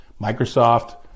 microsoft